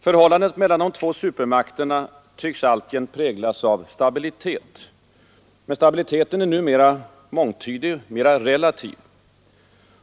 Förhållandet mellan de två supermakterna tycks alltjämt präglas av stabilitet. Men stabiliteten är nu mera mångtydig, mera relativ.